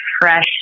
fresh